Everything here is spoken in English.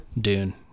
Dune